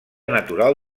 natural